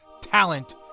talent